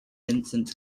vincent